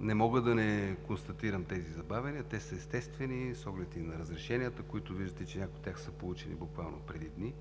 Не мога да не констатирам тези забавяния. Те са естествени с оглед и на разрешенията, които виждате, че някои от тях са получени буквално преди дни.